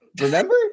Remember